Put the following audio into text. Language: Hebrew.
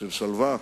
של שלווה,